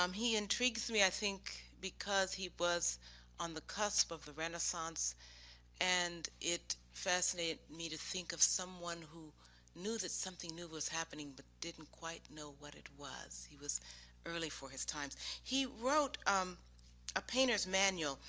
um he intrigues me i think because he was on the cusp of the renaissance and it fascinated me to think of someone who knew that something new was happening, but didn't quite know what it was. he was early for his times. he wrote um a painter's manual,